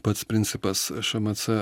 pats principas šmc